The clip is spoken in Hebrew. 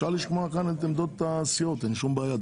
אפשר לשמוע את עמדות הסיעות ואין שום בעיה.